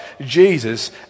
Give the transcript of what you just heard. Jesus